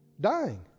dying